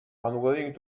unwilling